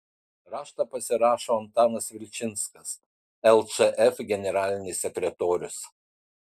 raštą pasirašo antanas vilčinskas lčf generalinis sekretorius